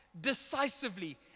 decisively